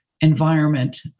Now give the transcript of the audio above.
environment